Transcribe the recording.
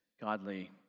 godly